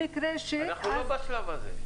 במקרה ש --- אנחנו לא בשלב הזה.